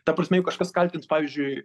ta prasme jei kažkas kaltins pavyzdžiui